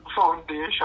foundation